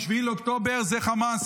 7 באוקטובר זה חמאס.